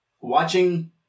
Watching